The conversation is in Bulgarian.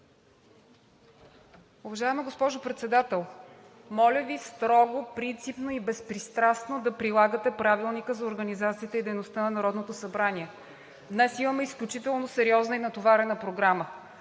Уважаема госпожо Председател, моля Ви, строго, принципно и безпристрастно да прилагате Правилника за организацията и дейността на Народното събрание. Днес имаме изключително сериозна и натоварена програма.